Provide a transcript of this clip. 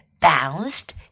bounced